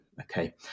Okay